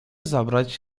zabrać